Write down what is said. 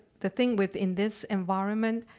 the thing within this environment,